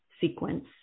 sequence